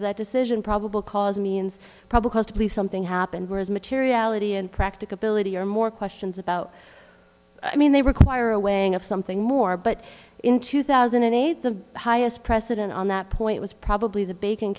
of that decision probable cause means probably cause to believe something happened whereas materiality and practicability are more questions about i mean they require a way of something more but in two thousand and eight the highest precedent on that point was probably the bacon